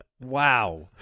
Wow